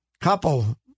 couple